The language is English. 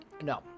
no